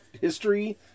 history